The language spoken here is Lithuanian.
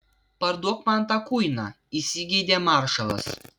parduok man tą kuiną įsigeidė maršalas